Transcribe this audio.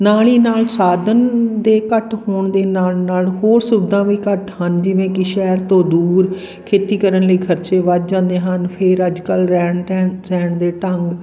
ਨਾਲ ਹੀ ਨਾਲ ਸਾਧਨ ਦੇ ਘੱਟ ਹੋਣ ਦੇ ਨਾਲ ਨਾਲ ਹੋਰ ਸੁਵਿਧਾ ਵੀ ਘੱਟ ਹਨ ਜਿਵੇਂ ਕਿ ਸ਼ਹਿਰ ਤੋਂ ਦੂਰ ਖੇਤੀ ਕਰਨ ਲਈ ਖਰਚੇ ਵੱਧ ਜਾਂਦੇ ਹਨ ਫੇਰ ਅੱਜ ਕੱਲ੍ਹ ਰਹਿਣ ਸਹਿਣ ਸਹਿਣ ਦੇ ਢੰਗ